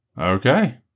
Okay